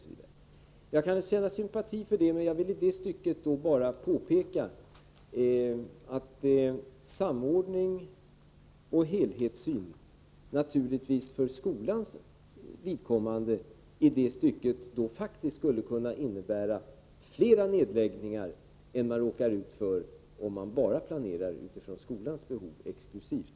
Jag kan känna sympati för detta, men jag vill i det stycket då bara påpeka att samordning och helhetssyn för skolans vidkommande naturligtvis faktiskt skulle kunna innebära flera nedläggningar än man råkar ut för om man bara exklusivt planerar utifrån skolans behov.